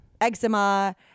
Eczema